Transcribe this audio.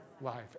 life